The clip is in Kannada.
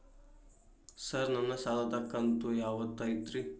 ಸರ್ ನನ್ನ ಸಾಲದ ಕಂತು ಯಾವತ್ತೂ ಐತ್ರಿ?